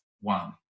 One